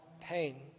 pain